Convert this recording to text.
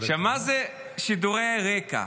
מה זה שידורי רק"ע?